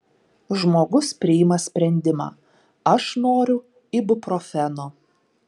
žmogus priima sprendimą aš noriu ibuprofeno